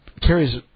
carries